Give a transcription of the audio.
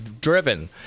driven